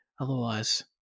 Otherwise